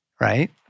right